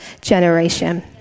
generation